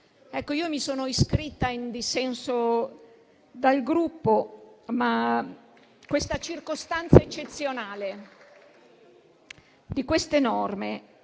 Ecco, ho chiesto di parlare in dissenso dal Gruppo, ma questa circostanza eccezionale, di queste norme,